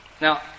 Now